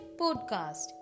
Podcast